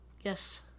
Yes